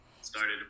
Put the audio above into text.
started